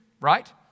right